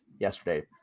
yesterday